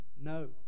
No